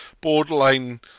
borderline